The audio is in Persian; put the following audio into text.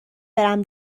برم